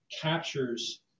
captures